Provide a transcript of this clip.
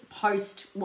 post